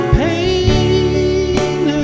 pain